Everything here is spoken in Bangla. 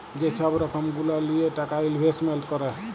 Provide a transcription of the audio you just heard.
যে ছব রকম গুলা লিঁয়ে টাকা ইলভেস্টমেল্ট ক্যরে